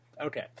Okay